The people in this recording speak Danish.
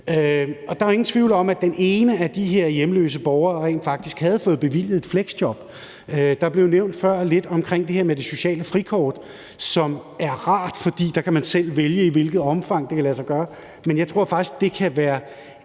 og der var ingen tvivl om, at den ene af de her hjemløse borgere rent faktisk havde fået bevilget et fleksjob. Der blev før nævnt lidt omkring det her med det sociale frikort, som er rart, fordi man der selv kan vælge, i hvilket omfang det kan lade sig gøre. Men jeg tror faktisk, det kan være